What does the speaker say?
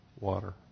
water